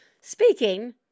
Speaking